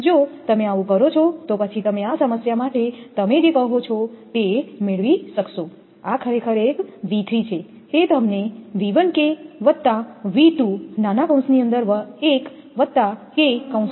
જો તમે આવું કરો છો તો પછી તમે આ સમસ્યા માટે તમે જે કહો છો તે મેળવશો આ ખરેખર એક V3 છે તે તમને V1 K V2 1 K મળશે